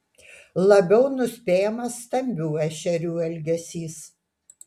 labiau nuspėjamas stambių ešerių elgesys